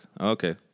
okay